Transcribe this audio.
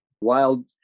wild